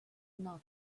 not